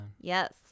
Yes